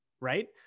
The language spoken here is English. Right